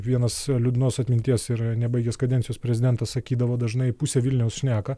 vienas liūdnos atminties ir nebaigęs kadencijos prezidentas sakydavo dažnai pusė vilniaus šneka